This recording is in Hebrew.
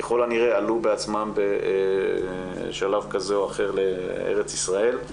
ככל הנראה עלו בעצמם בשלב כזה או אחר לארץ ישראל,